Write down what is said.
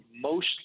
mostly